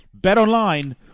BetOnline